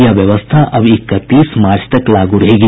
यह व्यवस्था अभी इकतीस मार्च तक लागू रहेगी